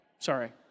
Sorry